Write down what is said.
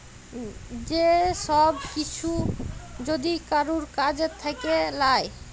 যে সব কিসু যদি কারুর কাজ থাক্যে লায়